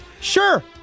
sure